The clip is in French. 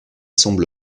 semble